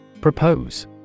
Propose